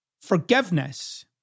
Forgiveness